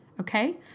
Okay